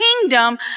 kingdom